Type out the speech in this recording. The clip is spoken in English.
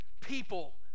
People